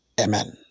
Amen